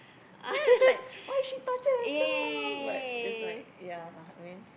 then is like why is she torture herself but is like ya I mean